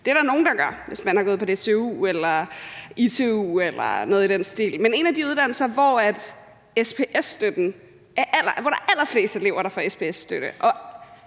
Det er der nogle der gør, hvis de har gået på DTU eller ITU eller noget i den stil. Men en af de uddannelser, hvor der er allerflest elever, der får SPS-støtte,